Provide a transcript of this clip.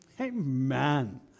Amen